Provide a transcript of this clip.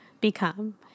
become